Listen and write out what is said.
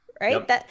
right